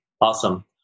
Awesome